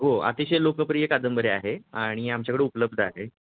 हो अतिशय लोकप्रिय कादंबऱ्या आहे आणि आमच्याकडे उपलब्ध आहे